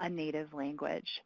a native language,